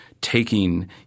taking –